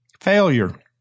Failure